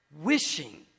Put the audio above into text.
wishing